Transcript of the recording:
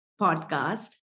podcast